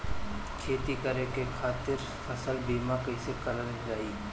खेती करे के खातीर फसल बीमा कईसे कइल जाए?